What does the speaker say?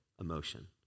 emotion